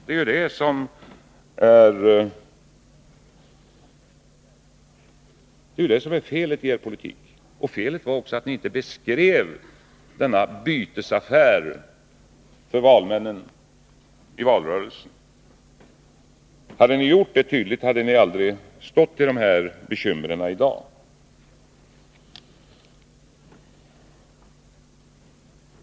Det är det som är felet i er politik. Det var också fel att ni inte i valrörelsen beskrev denna bytesaffär för valmännen. Hade ni gjort det, hade ni aldrig haft dessa bekymmer i dag.